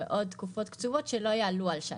בעוד תקופות קצובות שלא יעלו על שנה.